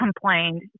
complained